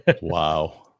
Wow